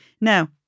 Now